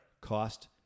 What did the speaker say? Cost